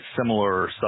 similar